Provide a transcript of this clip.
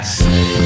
say